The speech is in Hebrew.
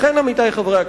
לכן, עמיתי חברי הכנסת,